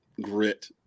grit